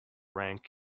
rank